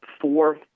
four